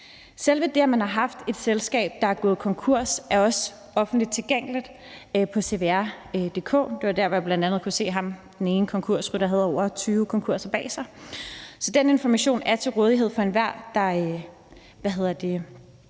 Selve det, at man har haft et selskab, der er gået konkurs, er også offentligt tilgængeligt på CVR.dk. Det var der, hvor jeg bl.a. kunne se, at ham den ene konkursrytter havde over 20 konkurser bag sig. Den information er til evig tid til rådighed for enhver, der kan